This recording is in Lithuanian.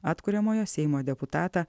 atkuriamojo seimo deputatą